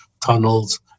tunnels